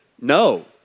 No